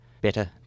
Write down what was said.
better